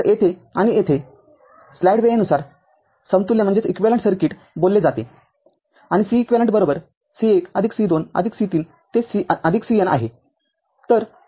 तर येथे आणि येथे स्लाईड वेळेनुसार समतुल्य सर्किट बोलले जाते आणि Ceq C१ C२ C३ ते CN आहे